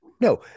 no